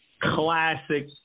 classic